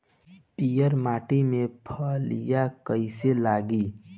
पीयर माटी में फलियां कइसे लागी?